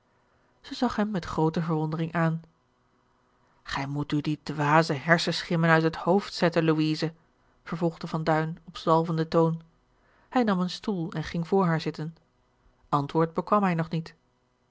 zij zag hem met groote verwondering aan gij moet u die dwaze hersenschimmen uit het hoofd zetten george een ongeluksvogel louise vervolgde van duin op zalvenden toon hij nam een stoel en ging voor haar zitten antwoord bekwam hij nog niet